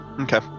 okay